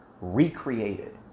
recreated